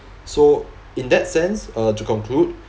so in that sense uh to conclude